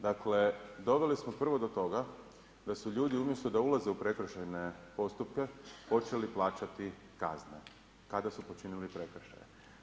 Dakle doveli smo prvo do toga da su ljudi umjesto da ulaze u prekršajne postupke počeli plaćati kazne kada su počinili prekršaje.